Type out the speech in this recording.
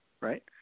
right